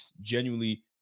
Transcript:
genuinely